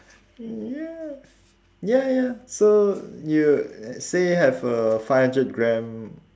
ya ya ya so you say have a five hundred gram